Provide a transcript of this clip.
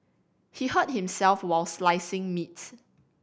he hurt himself while slicing meats